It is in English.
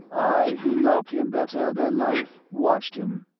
i who loved him better than life, watched him.